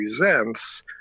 represents